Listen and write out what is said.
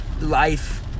life